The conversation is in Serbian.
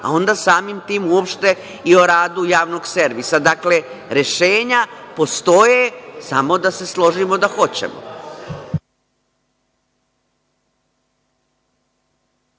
a onda samim tim uopšte i o radu javnog servisa. Dakle, rešenja postoje samo da se složimo da hoćemo.